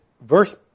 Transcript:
verse